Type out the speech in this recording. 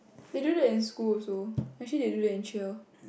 they do that in school also actually they do that in cheer